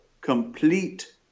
Complete